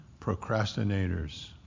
procrastinators